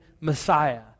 Messiah